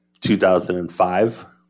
2005